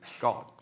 God